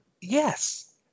yes